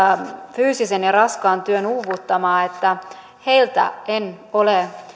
fyysisen ja raskaan työn uuvuttamaa että heiltä en ole